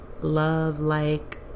love-like